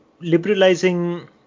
liberalizing